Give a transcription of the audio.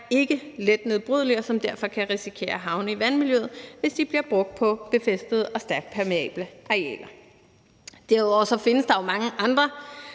ikkeletnedbrydelige, og som derfor kan risikere at havne i vandmiljøet, hvis de bliver brugt på befæstede og stærkt permeable arealer. Derudover findes der jo mange andre